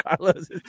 Carlos